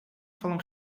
falam